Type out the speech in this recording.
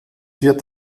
wird